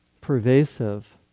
pervasive